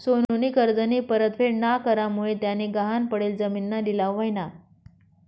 सोनूनी कर्जनी परतफेड ना करामुये त्यानी गहाण पडेल जिमीनना लिलाव व्हयना